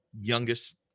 youngest